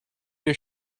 your